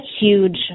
huge